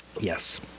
Yes